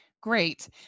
great